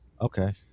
Okay